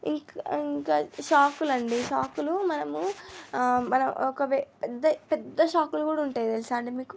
ఇంక ఇంక చాకులండి చాకులు మనము మన ఒకవే పెద్ద పెద్ద చాకులు కూడా ఉంటాయి తెలుసా అండి మీకు